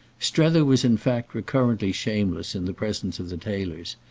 strether was in fact recurrently shameless in the presence of the tailors,